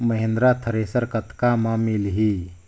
Mahindra thresher कतका म मिलही?